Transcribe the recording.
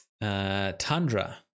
Tundra